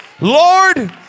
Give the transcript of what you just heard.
Lord